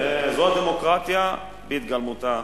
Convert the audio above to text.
זו הדמוקרטיה בהתגלמותה,